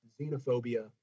xenophobia